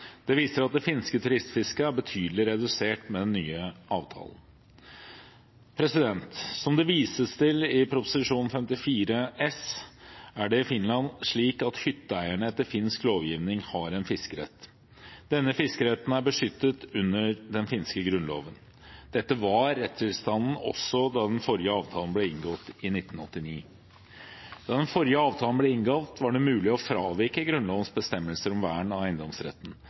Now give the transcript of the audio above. Det viser at det finske turistfisket er betydelig redusert med den nye avtalen. Som det vises til i Prop. 54 S for 2016–2017, er det i Finland slik at hytteeierne etter finsk lovgivning har en fiskerett. Denne fiskeretten er beskyttet av den finske grunnloven. Dette var rettstilstanden også da den forrige avtalen ble inngått, i 1989. Da den forrige avtalen ble inngått, var det mulig å fravike grunnlovens bestemmelser om vern av eiendomsretten.